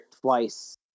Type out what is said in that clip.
twice